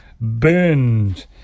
burned